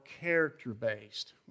character-based